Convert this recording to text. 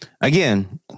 again